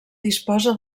disposa